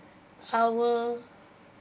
our